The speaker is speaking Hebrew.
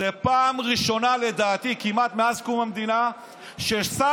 זו פעם ראשונה לדעתי כמעט מאז קום המדינה ששר